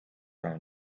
own